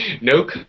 Nope